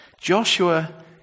Joshua